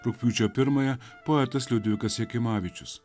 rugpjūčio pirmąją poetas liudvikas jakimavičius